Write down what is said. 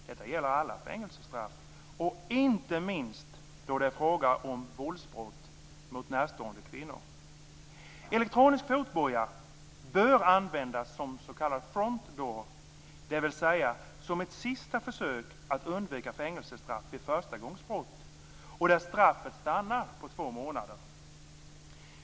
Detta gäller alla fängelsestraff och inte minst när det är fråga om våldsbrott mot närstående kvinnor. Elektronisk fotboja bör användas som s.k. front door, dvs. som ett sista försök att undvika fängelsestraff vid förstagångsbrott och där straffet stannar på två månader.